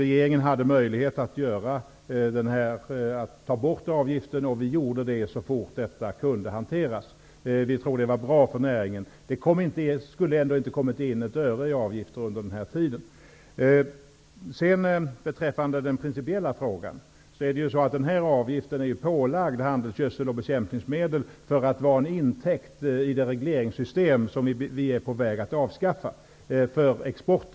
Regeringen hade möjlighet att ta bort avgiften, och den gjorde det så fort detta kunde hanteras. Vi tror att det var bra för näringen. Det skulle ändå inte ha kommit in ett öre i avgifter under denna tid. Beträffande den principiella frågan vill jag säga att den här avgiften är pålagd handelsgödsel och bekämpningsmedel för att vara en intäkt i det regleringssystem för exporten som vi är på väg att avskaffa.